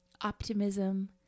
optimism